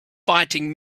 fighting